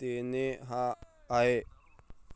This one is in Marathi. देणे हा आहे